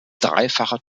dreifacher